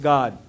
God